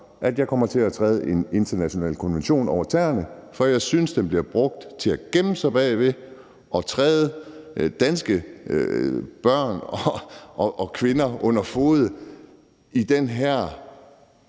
at jeg kommer til at træde en international konvention over tæerne. For jeg synes, den bliver brugt til at gemme sig bagved og at træde danske børn og kvinder under fode i den her